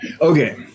Okay